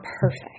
perfect